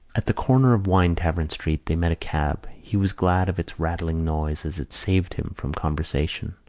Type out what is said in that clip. at the corner of winetavern street they met a cab. he was glad of its rattling noise as it saved him from conversation.